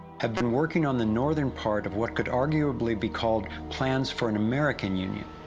have been working on the northern part, of what could arguably be called plans for an american union.